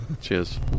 Cheers